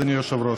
אדוני היושב-ראש,